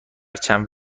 چند